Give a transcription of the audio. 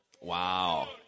Wow